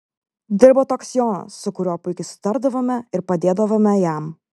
dirbo toks jonas su kuriuo puikiai sutardavome ir padėdavome jam